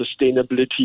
sustainability